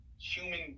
human